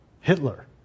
Hitler